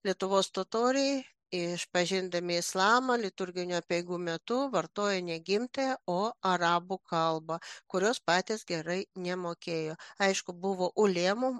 lietuvos totoriai išpažindami islamą liturginių apeigų metu vartojo ne gimtąją o arabų kalbą kurios patys gerai nemokėjo aišku buvo ulemų